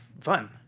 fun